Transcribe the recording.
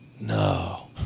no